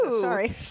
Sorry